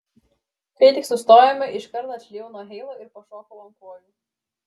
kai tik sustojome iškart atšlijau nuo heilo ir pašokau ant kojų